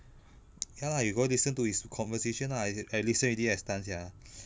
ya lah you go listen to his conversation ah I I listen already I stunned sia